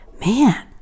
Man